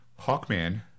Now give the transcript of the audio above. Hawkman